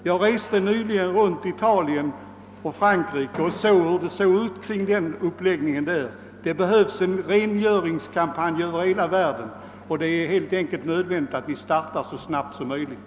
Jag reste nyligen runt i Italien och Frankrike och iakttog hur det såg ut utmed vägarna där. Det behövs nog en renhållningskampanj över hela världen, och det är nödvändigt att vi för vår del startar i vårt land så snart som möjligt.